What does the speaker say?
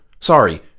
Sorry